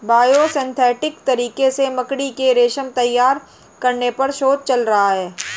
biosynthetic तरीके से मकड़ी के रेशम तैयार करने पर शोध चल रहा है